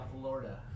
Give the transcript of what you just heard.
Florida